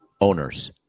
owners